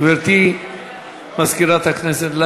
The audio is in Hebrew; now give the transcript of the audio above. גברתי מזכירת הכנסת,